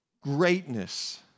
greatness